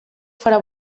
farà